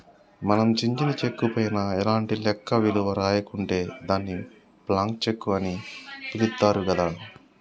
మనం చించిన చెక్కు పైన ఎలాంటి లెక్క విలువ రాయకుంటే దాన్ని బ్లాంక్ చెక్కు అని పిలుత్తారు గదా